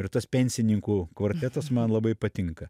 ir tas pensininkų kvartetas man labai patinka